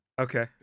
Okay